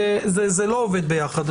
זה לא עובד ביחד.